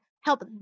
help